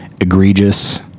egregious